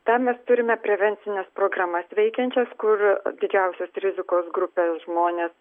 tam mes turime prevencines programas veikiančias kur didžiausios rizikos grupės žmonės